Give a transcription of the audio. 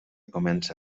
comença